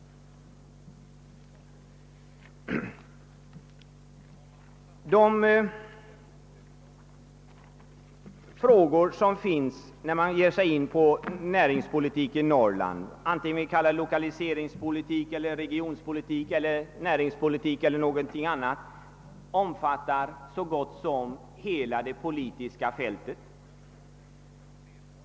Frågorna på näringspolitikens område när det gäller Norrland — vare sig man talar om lokaliseringspolitik, regionpolitik, näringspolitik eller någonting annat — omfattar så gott som hela det politiska fältet.